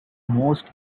most